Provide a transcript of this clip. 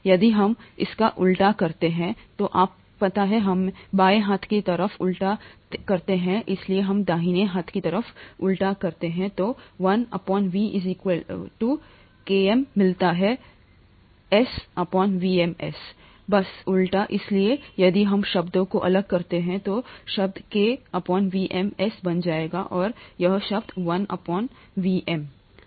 यदि हम इसका उल्टा करते हैं तो आप पता है बाएं हाथ की तरफ उल्टा है और इसलिए हम दाहिने हाथ की तरफ उल्टा करते हैं हमें 1 V किमी मिलता है S VmS बस उलटा इसलिए यदि हम शब्दों को अलग करते हैं तो यह शब्द Km VmS बन जाएगा और यह शब्द 1 Vm